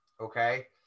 okay